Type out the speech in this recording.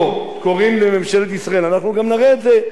אנחנו גם נראה את זה בכל קצה של רחוב,